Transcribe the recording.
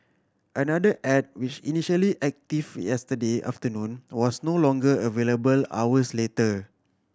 another ad which initially active yesterday afternoon was no longer available hours later